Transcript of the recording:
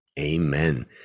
Amen